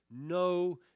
no